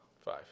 five